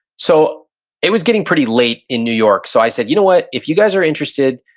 so it was getting pretty late in new york. so i said, you know what, if you guys are interested,